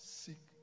seek